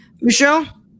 Michelle